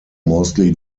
mostly